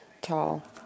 tall